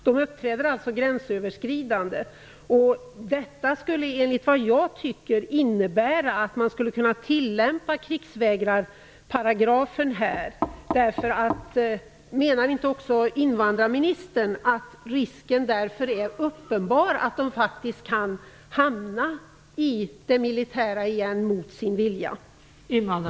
De uppträder alltså gränsöverskridande. Detta borde enligt min mening innebära att man skulle kunna tillämpa krigsvägrarparagrafen i detta avseende. Menar inte invandrarministern att det finns en uppenbar risk för att dessa personer kan hamna i det militära igen mot sin vilja?